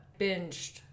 binged